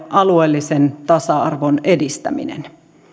alueellisen tasa arvon edistäminen lakaistu maton alle